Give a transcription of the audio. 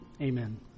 Amen